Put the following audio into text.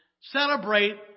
celebrate